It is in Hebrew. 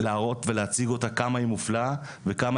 להראות ולהציג אותה כמה היא מופלאה וכמה